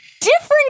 Different